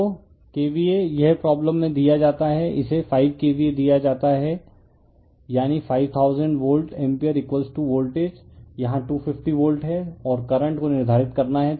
तो KVA यह problem में दिया जाता है इसे 5 KVA दिया जाता है यानी 5000 वोल्ट एम्पीयर वोल्टेज यहाँ 250 वोल्ट है और करंट को निर्धारित करना है